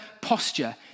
posture